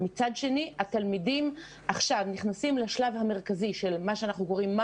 ומצד שני התלמידים נכנסים עכשיו לשלב המרכזי של המרתונים,